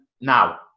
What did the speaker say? Now